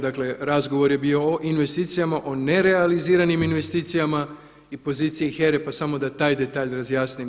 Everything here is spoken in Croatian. Dakle razgovor je bio o investicijama, o nerealiziranim investicijama i poziciji HERA-e pa samo da taj detalj razjasnim.